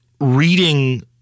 reading